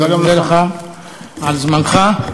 אני מודה לך על זמנך.